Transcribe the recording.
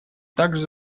также